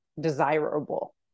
desirable